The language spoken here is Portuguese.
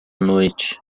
noite